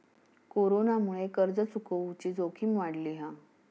कोरोनामुळे कर्ज चुकवुची जोखीम वाढली हा